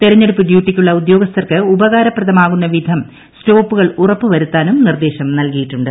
തെരഞ്ഞെടുപ്പ് ഡ്യൂട്ടിക്കുള്ള ഉദ്യോഗസ്ഥർക്ക് ഉപകാരപ്രദമാകുന്ന വിധം സ്റ്റോപ്പുകൾ ഉറപ്പു വരുത്താനും നിർദേശം നൽകിയിട്ടുണ്ട്